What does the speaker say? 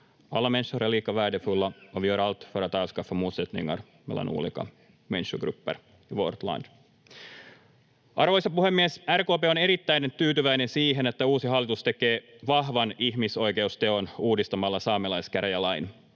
Arvoisa puhemies! RKP on erittäin tyytyväinen siihen, että uusi hallitus tekee vahvan ihmisoikeusteon uudistamalla saamelaiskäräjälain